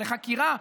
לחקירה?